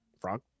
frog